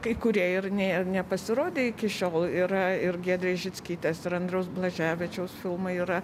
kai kurie ir nė nepasirodė iki šiol yra ir giedrės žickytės ir andriaus blaževičiaus filmai yra